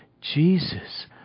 Jesus